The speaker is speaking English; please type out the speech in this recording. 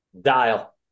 Dial